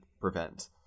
prevent